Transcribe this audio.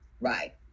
Right